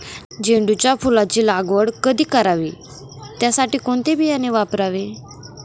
झेंडूच्या फुलांची लागवड कधी करावी? त्यासाठी कोणते बियाणे वापरावे?